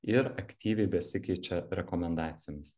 ir aktyviai besikeičia rekomendacijomis